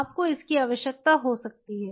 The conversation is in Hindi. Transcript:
आपको इसकी आवश्यकता हो सकती है